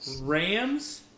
Rams